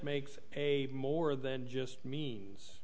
makes a more than just means